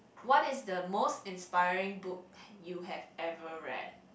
what is the most inspiring book you have ever read